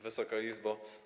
Wysoka Izbo!